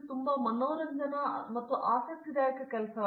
ಇದು ಬಹಳ ಮನರಂಜನಾ ಮತ್ತು ಆಸಕ್ತಿದಾಯಕ ಕೆಲಸ